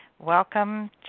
Welcome